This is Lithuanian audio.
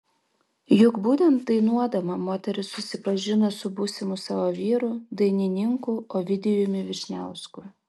juk būtent dainuodama moteris susipažino su būsimu savo vyru dainininku ovidijumi vyšniausku